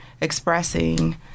expressing